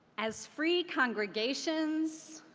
as free congregations,